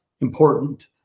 important